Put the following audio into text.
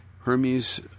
Hermes